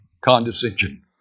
condescension